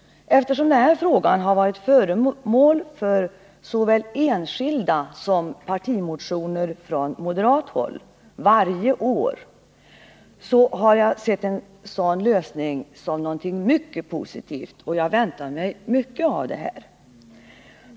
Frågan har varje år varit föremål för såväl enskilda motioner som partimotioner från moderat håll, och jag har sett en sådan lösning som någonting mycket positivt och väntat mig mycket av detta.